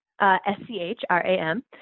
S-C-H-R-A-M